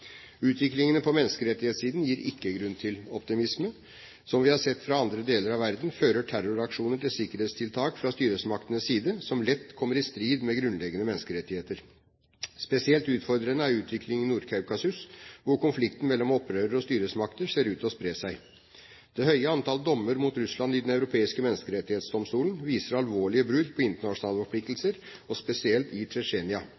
på menneskerettighetssiden gir ikke grunn til optimisme. Som vi har sett fra andre deler av verden, fører terroraksjoner til sikkerhetstiltak fra styresmaktenes side som lett kommer i strid med grunnleggende menneskerettigheter. Spesielt utfordrende er utviklingen i Nord-Kaukasus, hvor konflikten mellom opprørere og styresmakter ser ut til å spre seg. Det høye antall dommer mot Russland i Den europeiske menneskerettighetsdomstol viser alvorlige brudd på internasjonale